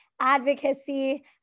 advocacy